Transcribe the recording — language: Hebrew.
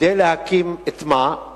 כדי להקים את מה?